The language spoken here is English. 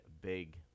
big